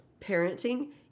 parenting